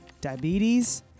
diabetes